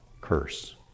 Curse